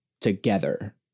together